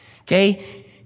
Okay